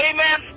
Amen